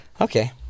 Okay